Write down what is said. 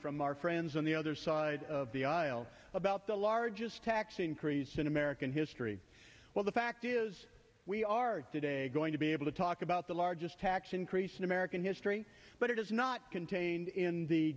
from our friends on the other side of the aisle about the largest tax increase in american history well the fact is we are today going to be able to talk about the largest tax increase in american history but it is not contained in the